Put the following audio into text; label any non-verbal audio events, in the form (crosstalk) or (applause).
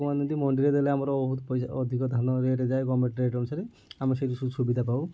ଲୋକମାନେ ଯଦି ମଣ୍ଡିରେ ଦେଲେ ଆମର ବହୁତ ପଇସା ଅଧିକ ଧାନ ରେଟ୍ ଯାଏ ଗର୍ମେଣ୍ଟ୍ ରେଟ୍ ଅନୁସାରେ ଆମର (unintelligible) ସୁବିଧା ପାଉ